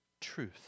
truth